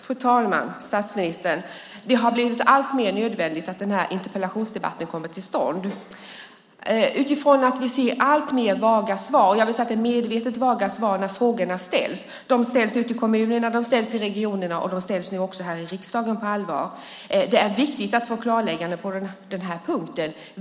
Fru talman! Det har, statsministern, blivit alltmer nödvändigt att den här interpellationsdebatten kommer till stånd utifrån att vi ser allt vagare svar. Jag vill säga att det är medvetet vaga svar när frågor ställs. Frågor ställs ute i kommunerna och i regionerna, och frågor ställs nu också här i riksdagen på allvar. Det är viktigt att få ett klarläggande på den här punkten.